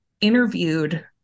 interviewed